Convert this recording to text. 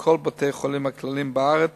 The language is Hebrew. וכל בתי-החולים הכלליים בארץ